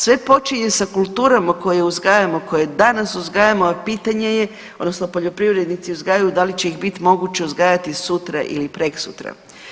Sve počinje sa kulturama koje uzgajamo, koje danas uzgajamo a pitanje je odnosno poljoprivrednici uzgajaju da li će ih biti moguće uzgajati sutra ili preksutra.